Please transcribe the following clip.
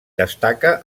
destaca